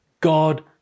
God